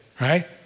right